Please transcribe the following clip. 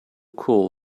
cool